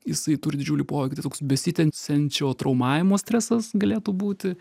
jisai turi didžiulį poveikį tai toks besitęsiančio traumavimo stresas galėtų būti